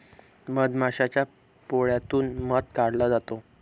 मधमाशाच्या पोळ्यातून मध काढला जातो